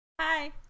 hi